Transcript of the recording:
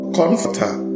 comforter